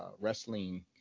wrestling